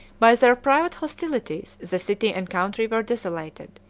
by their private hostilities the city and country were desolated,